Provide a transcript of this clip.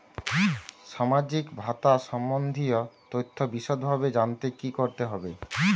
সামাজিক ভাতা সম্বন্ধীয় তথ্য বিষদভাবে জানতে কী করতে হবে?